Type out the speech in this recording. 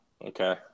Okay